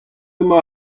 emañ